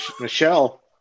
Michelle